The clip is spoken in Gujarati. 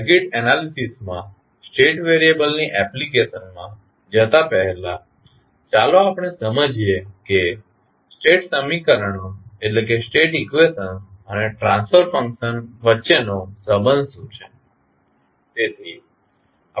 સર્કિટ એનાલિસિસમાં સ્ટેટ વેરિયેબલની એપ્લિકેશનમાં જતા પહેલા ચાલો આપણે સમજીએ કે સ્ટેટ સમીકરણો અને ટ્રાન્સફર ફંકશન્સ વચ્ચેનો સંબંધ શું છે